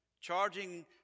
charging